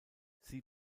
sie